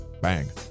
Bang